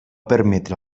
permetre